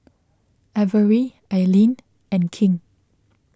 Averie Ailene and King